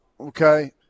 Okay